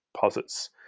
posits